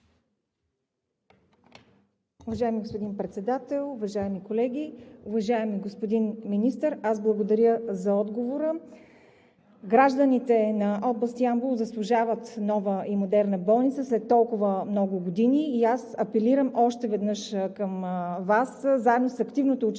Уважаеми господин Председател, уважаеми колеги! Уважаеми господин Министър, аз благодаря за отговора. Гражданите на област Ямбол заслужават нова и модерна болница за толкова много години и аз апелирам още веднъж към Вас заедно с активното участие на